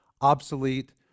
obsolete